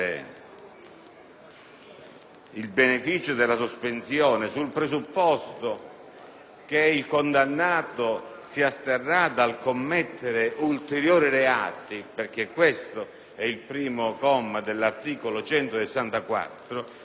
il beneficio della sospensione sul presupposto che il condannato si asterrà dal commettere ulteriori reati - così stabilisce il primo comma dell'articolo 164 - debba rientrare anche